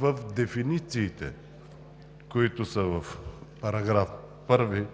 в дефинициите, които са в § 1,